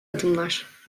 adımlar